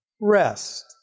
rest